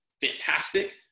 fantastic